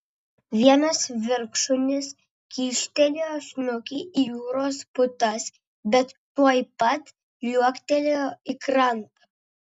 vienas vilkšunis kyštelėjo snukį į jūros putas bet tuoj pat liuoktelėjo į krantą